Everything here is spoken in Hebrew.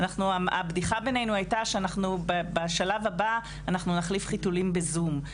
הבדיחה בינינו הייתה שבשלב הבא אנחנו נחליף חיתולים בזום.